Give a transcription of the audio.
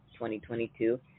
2022